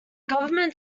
government